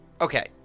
Okay